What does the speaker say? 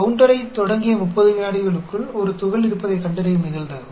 கவுன்டரைத் தொடங்கிய 30 விநாடிகளுக்குள் ஒரு துகள் இருப்பதைக் கண்டறியும் நிகழ்தகவு